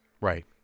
Right